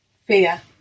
fear